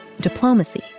diplomacy